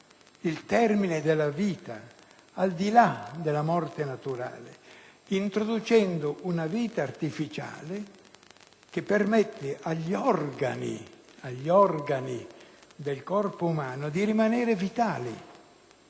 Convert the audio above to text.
il termine della vita al di là della morte naturale, introducendo una vita artificiale che permette agli organi del corpo umano di rimanere vitali,